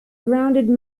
grounded